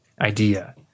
Idea